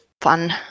fun